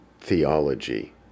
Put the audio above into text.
theology